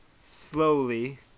slowly